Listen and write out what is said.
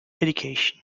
education